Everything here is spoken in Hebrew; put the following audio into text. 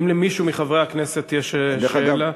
האם למישהו מחברי הכנסת יש שאלה?